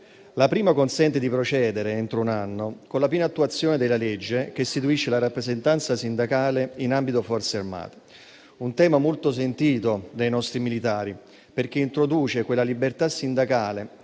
La prima consente di procedere entro un anno con la piena attuazione della legge che istituisce la rappresentanza sindacale in ambito Forze armate. È un tema molto sentito dai nostri militari, perché introduce quella libertà sindacale